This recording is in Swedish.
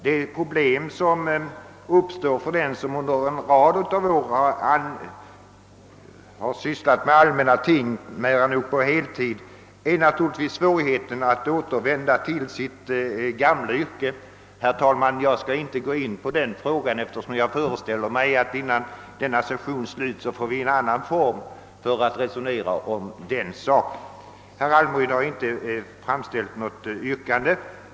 De problem som uppstår för den som under en följd av är sysslat med allmänna ting nära nog på heltid, är naturligtvis svårigheten att återvända till sitt gamla yrke. Jag skall inte gå in på den frågan, eftersom jag föreställer mig att vi, innan dessa session är slut, får tillfälle att i annan form resonera om den saken. Herr Almryd har inte ställt något yrkande.